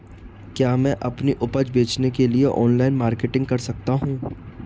क्या मैं अपनी उपज बेचने के लिए ऑनलाइन मार्केटिंग कर सकता हूँ?